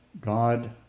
God